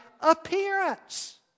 appearance